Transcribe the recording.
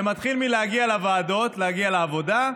זה מתחיל מלהגיע לוועדות, להגיע לעבודה,